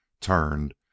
turned